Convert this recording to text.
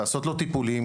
לעשות לו טיפולים,